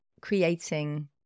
creating